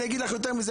אגיד לך יותר מזה.